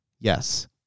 Yes